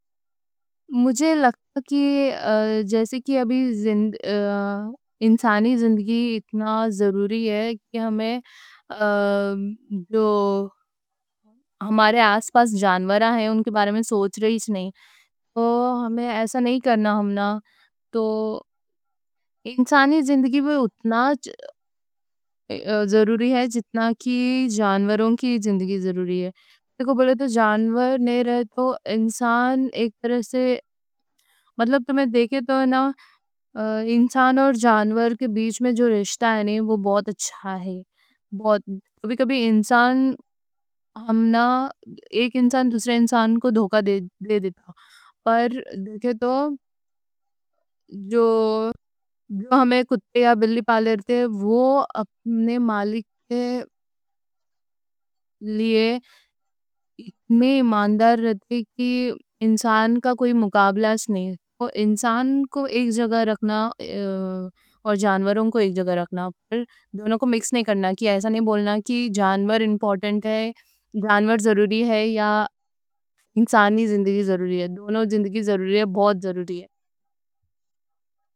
مجھے لگتا کہ جیسے ابھی انسانی زندگی اتنی ضروری ہے۔ کہ ہمیں جو ہمارے آس پاس جانور ہیں، ان کے بارے میں سوچ رہے نئیں؛ تو ہمنا ایسا نئیں کرنا۔ ہمنا تو انسانی زندگی وہ اتنی ضروری ہے جتنی کی جانوروں کی زندگی ضروری ہے۔ انسان ایک طرح سے، مطلب تو میں دیکھے تو انسان اور جانور کے بیچ میں جو رشتہ ہے نا، وہ بہت اچھا ہے۔ کبھی کبھی انسان، ہم نا ایک انسان دوسرے انسان کو دھوکہ دے دیتا، پر دیکھے تو جو جو ہم کتے یا بلی پالے رکھتے، وہ اپنے مالک کے لیے اس میں ایمان دار رہتے، کہ انسان کا کوئی مقابلہ نئیں ہے۔ تو انسان کو ایک جگہ رکھنا اور جانوروں کو ایک جگہ رکھنا، دونوں کو مکس نئیں کرنا؛ ایسا نئیں بولنا کہ جانور امپورٹنٹ ہے، جانور ضروری ہے یا انسانی زندگی ضروری ہے۔ دونوں زندگی ضروری ہے، بہت ضروری ہے۔